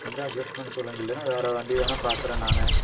கொஞ்சம் அஜெஸ்ட் பண்ணி சொல்லுங்க இல்லைன்னா வேற வண்டி வேணுணா பார்க்கறேன் நான்